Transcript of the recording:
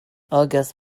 august